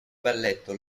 balletto